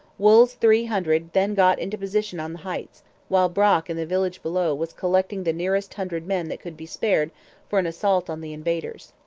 wool's three hundred then got into position on the heights while brock in the village below was collecting the nearest hundred men that could be spared for an assault on the invaders.